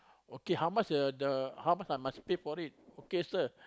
okay how much the the how much I must pay for it okay sir